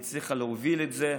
הצליחה להוביל את זה,